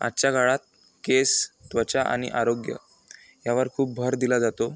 आजच्या काळात केस त्वचा आणि आरोग्य यावर खूप भर दिला जातो